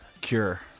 Cure